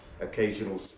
occasional